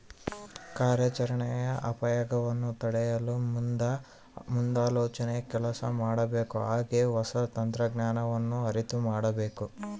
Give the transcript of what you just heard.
ಕಾರ್ಯಾಚರಣೆಯ ಅಪಾಯಗವನ್ನು ತಡೆಯಲು ಮುಂದಾಲೋಚನೆಯಿಂದ ಕೆಲಸ ಮಾಡಬೇಕು ಹಾಗೆ ಹೊಸ ತಂತ್ರಜ್ಞಾನವನ್ನು ಅರಿತು ಮಾಡಬೇಕು